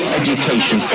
education